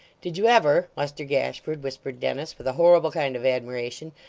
did you ever, muster gashford whispered dennis, with a horrible kind of admiration,